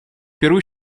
перу